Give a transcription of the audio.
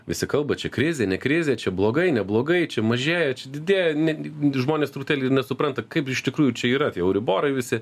visi kalba čia krizė ne krizė čia blogai neblogai čia mažėja čia didėja ne žmonės truputėlį ir nesupranta kaip iš tikrųjų čia yra tie euriborai visi